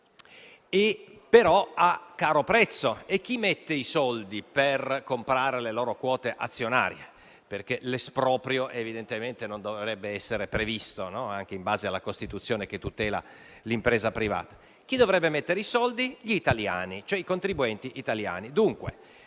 però a caro prezzo. E chi mette i soldi per comprare le loro quote azionarie, atteso che l'esproprio evidentemente non dovrebbe essere previsto, anche in base alla Costituzione che tutela l'impresa privata? I soldi dovrebbero metterli gli italiani, cioè i contribuenti italiani. Dunque,